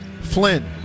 Flynn